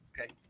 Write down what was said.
Okay